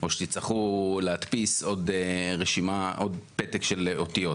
או שתצטרכו להדפיס עוד פתק של אותיות.